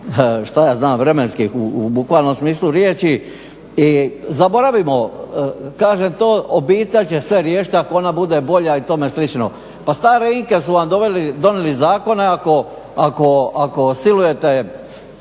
do ovih vremenskih u bukvalnom smislu riječi. I zaboravimo, kaže to obitelj će sve riješit ako ona bude bolja i tome slično. Pa stare Inke su vam donijeli zakone ako silujete